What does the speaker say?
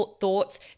thoughts